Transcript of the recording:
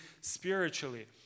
spiritually